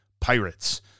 Pirates